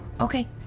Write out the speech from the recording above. Okay